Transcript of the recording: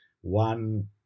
one